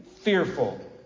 fearful